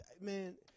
man